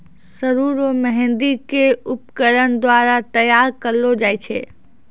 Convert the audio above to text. सरु रो मेंहदी के उपकरण द्वारा तैयार करलो जाय छै